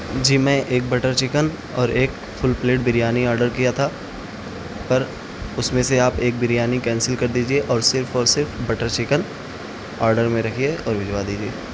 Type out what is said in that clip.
جی میں ایک butter chicken اور ایک فل پلیٹ بریانی آڈر کیا تھا پر اس میں سے آپ ایک بریانی کینسل کر دیجیے اور صرف اور صرف بٹر چکن آڈر میں رکھیے اور بھجوا دیجیے